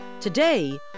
Today